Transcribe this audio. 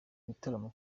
ibitaramo